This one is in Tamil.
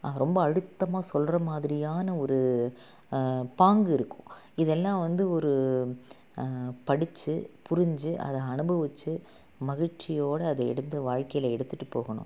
ரொம்ப அழுத்தமாக சொல்கிற மாதிரியான ஒரு பாங்கு இருக்கும் இதெல்லாம் வந்து ஒரு படித்து புரிஞ்சு அதை அனுபவித்து மகிழ்ச்சியோடு அதை எடுத்து வாழ்க்கையில் எடுத்துகிட்டு போகணும்